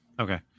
okay